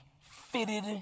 fitted